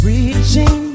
Reaching